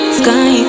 sky